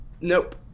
Nope